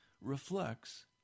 reflects